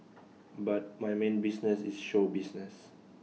but my main business is show business